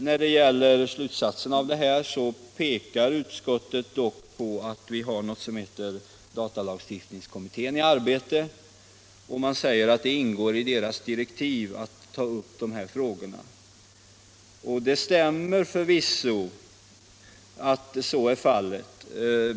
I sin sammanfattning pekar utskottet dock på att datalagstiftningskommittén är i arbete, och man säger att det ingår i denna kommittés direktiv att ta upp de här frågorna. Att så är fallet stämmer förvisso.